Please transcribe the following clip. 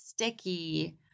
Sticky